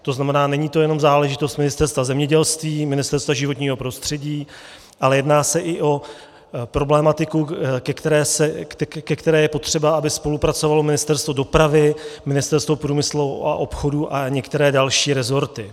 To znamená, není to jenom záležitost Ministerstva zemědělství, Ministerstva životního prostředí, ale jedná se i o problematiku, ke které je potřeba, aby spolupracovalo Ministerstvo dopravy, Ministerstvo průmyslu a obchodu a některé další resorty.